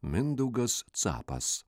mindaugas capas